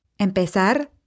Empezar